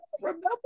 Remember